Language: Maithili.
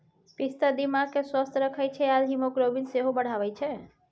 पिस्ता दिमाग केँ स्वस्थ रखै छै आ हीमोग्लोबिन सेहो बढ़ाबै छै